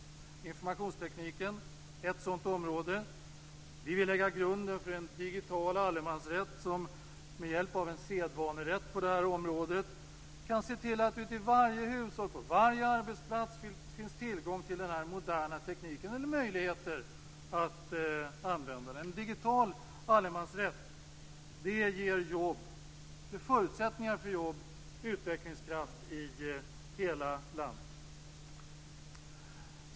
Informationstekniken är ett sådant område. Vi vill lägga grunden för en digital allemansrätt som med hjälp av en sedvanerätt kan se till att det i varje hushåll och på varje arbetsplats finns tillgång till den moderna tekniken och möjlighet att använda den. En digital allemansrätt ger förutsättningar för jobb och utvecklingskraft i hela landet.